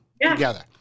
together